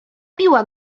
biła